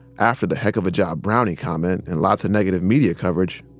after the heck of a job brownie comment and lots of negative media coverage,